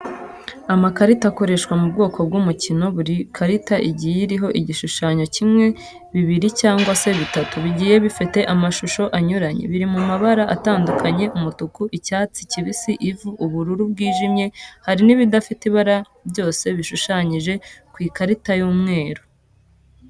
Amakarita akoreshwa mu bwoko bw'umukino, buri karita igiye iriho igishushanye kimwe, bibiri cyangwa se bitatu, bigiye bifite amashusho anyuranye, biri mu mabara atandukanye umutuku, icyatsi kibisi, ivu, ubururu bwijimye hari n'ibidafite ibara byose bishushanyije ku ikarita y'umweru.